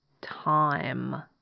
time